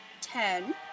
Ten